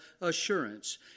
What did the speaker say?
assurance